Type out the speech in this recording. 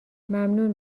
ممنون